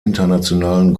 internationalen